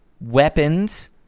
weapons